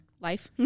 Life